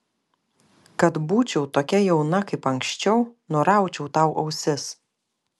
kad būčiau tokia jauna kaip anksčiau nuraučiau tau ausis